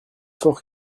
fort